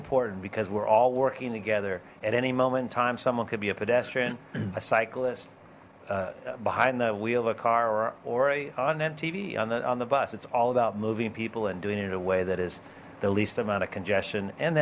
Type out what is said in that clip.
important because we're all working together at any moment in time someone could be a pedestrian a cyclist behind the wheel of a car or a on mtv on the on the bus it's all about moving people and doing it in a way that is the least amount of congestion and